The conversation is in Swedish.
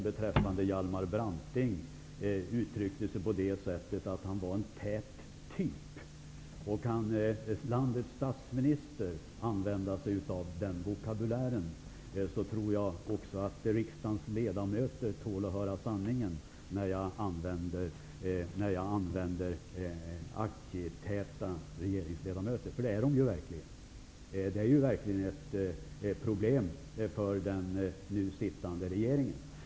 Beträffande Hjalmar Branting uttryckte statsministern det så att Hjalmar Branting var en ''tät typ''. Om landets statsminister kan använda sig av den vokabulären, tror jag att också riksdagens ledamöter tål att höra att regeringens ledamöter är aktietäta, för det är de verkligen. Detta är ju ett problem för den nu sittande regeringen.